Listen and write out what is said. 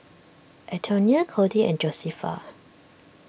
Antonia Kody and Josefa